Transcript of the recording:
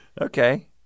Okay